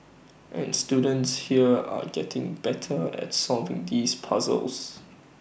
and students here are getting better at solving these puzzles